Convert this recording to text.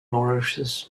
nourishes